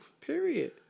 Period